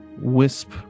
wisp